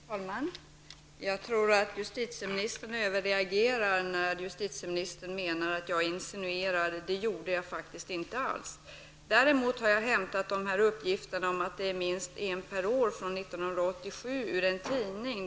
Herr talman! Jag tror att justitieministern överreagerar när hon säger att jag insinuerar. Det gjorde jag faktiskt inte alls. Uppgiften att det sedan 1987 skulle vara minst en per år som rymmer har jag däremot hämtat från en tidning.